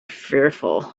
fearful